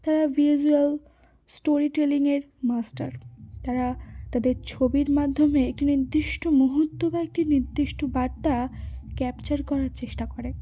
তারা visual story টেলিংয়ের master তারা তাদের ছবির মাধ্যমে একটি নির্দিষ্ট মুহূর্ত বা একটি নির্দিষ্ট বার্তা ক্যাপচার করার চেষ্টা করে